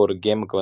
game